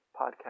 podcast